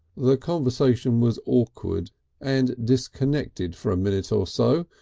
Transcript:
the conversation was awkward and disconnected for a minute or so,